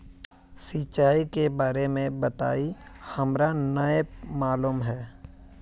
सिंचाई के बारे में बताई हमरा नय मालूम है?